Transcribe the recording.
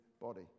body